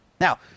Now